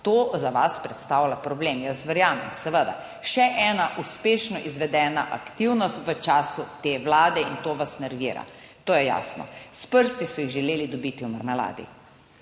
To za vas predstavlja problem, jaz verjamem, seveda, še ena uspešno izvedena aktivnost v času te Vlade in to vas nervira, to je jasno. S prsti so jih želeli dobiti v marmeladi.